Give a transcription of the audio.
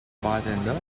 bartender